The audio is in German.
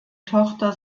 tochter